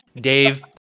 Dave